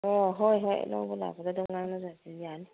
ꯑꯣ ꯍꯣꯏ ꯍꯣꯏ ꯂꯧꯕ ꯂꯥꯛꯄꯗ ꯑꯗꯨꯝ ꯉꯥꯡꯅꯖꯒꯦ ꯌꯥꯅꯤ